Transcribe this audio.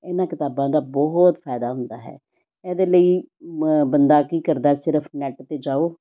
ਇਹਨਾਂ ਕਿਤਾਬਾਂ ਦਾ ਬਹੁਤ ਫਾਇਦਾ ਹੁੰਦਾ ਹੈ ਇਹਦੇ ਲਈ ਮ ਬੰਦਾ ਕੀ ਕਰਦਾ ਸਿਰਫ ਨੈੱਟ 'ਤੇ ਜਾਓ